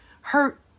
hurt